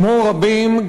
כמו רבים,